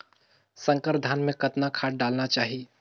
संकर धान मे कतना खाद डालना चाही?